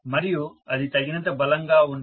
మరియు అది తగినంత బలంగా ఉండదు